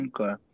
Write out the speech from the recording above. Okay